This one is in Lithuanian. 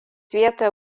vietoje